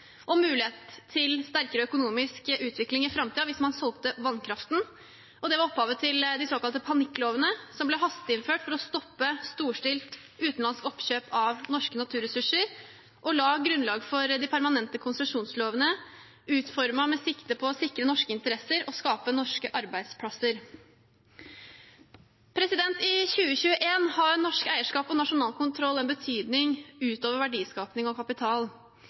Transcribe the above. og mulighet til sterkere økonomisk utvikling i framtiden hvis man solgte vannkraften. Det var opphavet til de såkalte panikklovene, som ble hasteinnført for å stoppe storstilt utenlandsk oppkjøp av norske naturressurser, og la grunnlaget for de permanente konsesjonslovene, utformet med sikte på å sikre norske interesser og skape norske arbeidsplasser. I 2021 har norsk eierskap og nasjonal kontroll en betydning utover verdiskaping og kapital.